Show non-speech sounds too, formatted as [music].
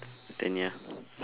then ya [laughs]